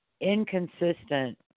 inconsistent